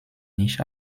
nicht